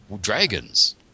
Dragons